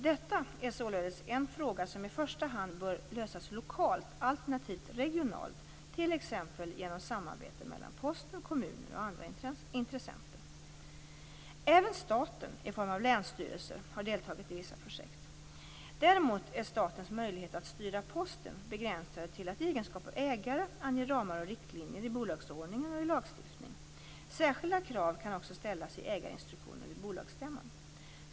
Detta är således en fråga som i första hand bör lösas lokalt alternativt regionalt, t.ex. genom samarbete mellan Posten, kommuner och andra intressenter. Även staten, i form av länsstyrelser, har deltagit i vissa projekt. Däremot är statens möjligheter att styra Posten begränsade till att i egenskap av ägare ange ramar och riktlinjer i bolagsordningen och i lagstiftning. Särskilda krav kan också ställas i ägarinstruktioner vid bolagsstämman.